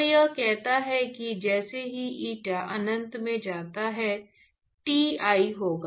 तो यह कहता है कि जैसे ही eta अनंत में जाता है Ti होगा